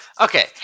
Okay